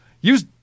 Use